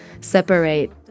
separate